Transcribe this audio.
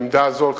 העמדה הזאת,